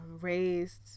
raised